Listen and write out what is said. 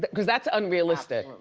but cause that's unrealistic.